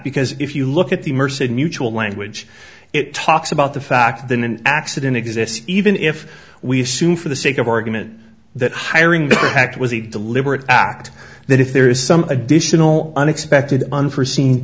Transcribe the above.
because if you look at the mercy of mutual language it talks about the fact that an accident exists even if we assume for the sake of argument that hiring this act was a deliberate act that if there is some additional unexpected unforseen